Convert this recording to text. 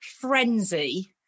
frenzy